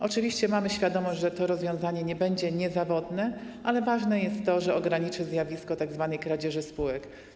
Oczywiście mamy świadomość, że to rozwiązanie nie będzie niezawodne, ale ważne jest to, że ograniczy zjawisko tzw. kradzieży spółek.